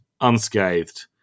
unscathed